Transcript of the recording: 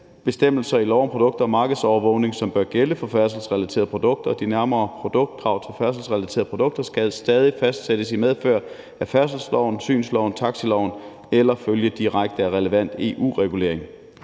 bestemmelser i lov om produkter og markedsovervågning, som bør gælde for færdselsrelaterede produkter, og de nærmere produktkrav til færdselsrelaterede produkter skal stadig fastsættes i medfør af færdselsloven, synsloven eller taxiloven eller følge direkte af relevant EU-regulering.